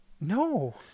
No